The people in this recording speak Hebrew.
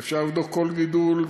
ואפשר לבדוק כל גידול,